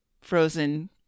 frozen